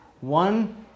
one